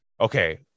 okay